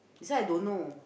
this one I don't know